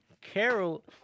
Carol